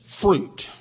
fruit